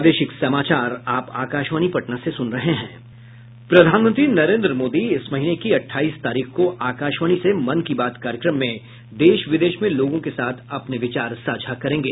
प्रधानमंत्री नरेन्द्र मोदी इस महीने की अठाईस तारीख को आकाशवाणी से मन की बात कार्यक्रम में देश विदेश में लोगों के साथ अपने विचार साझा करेंगे